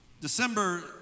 December